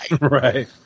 Right